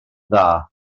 dda